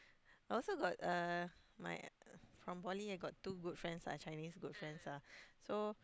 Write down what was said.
I also got uh my from poly I got two good friends ah Chinese good friends ah so